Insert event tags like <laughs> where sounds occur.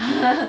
<laughs>